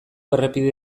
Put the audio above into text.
errepide